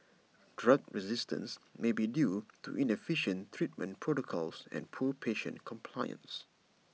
drug resistance may be due to inefficient treatment protocols and poor patient compliance